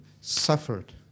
Suffered